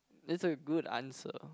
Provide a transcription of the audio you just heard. is a good answer